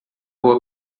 rua